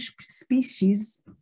species